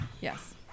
yes